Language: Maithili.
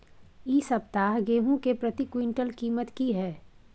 इ सप्ताह गेहूं के प्रति क्विंटल कीमत की हय?